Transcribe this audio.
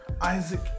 Isaac